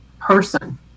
person